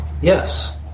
Yes